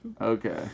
Okay